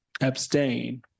Abstain